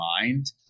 mind